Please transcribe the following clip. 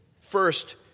First